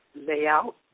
layout